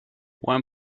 one